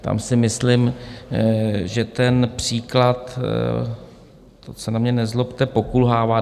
Tam si myslím, že ten příklad to se na mě nezlobte pokulhává.